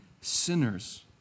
sinners